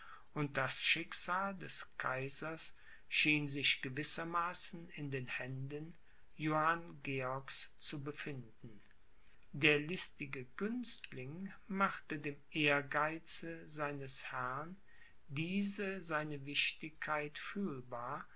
und das schicksal des kaisers schien sich gewissermaßen in den händen johann georgs zu befinden der listige günstling machte dem ehrgeize seines herrn diese seine wichtigkeit fühlbar